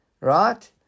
right